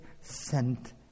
sent